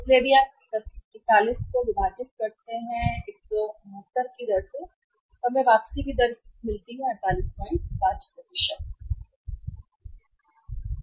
इसलिए यदि आप इस 41 को विभाजित करते हैं 169 तक दर है हमें वापसी की दर वापसी की दर 485 मिली है